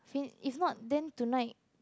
since if not then tonight